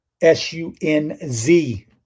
S-U-N-Z